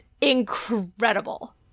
incredible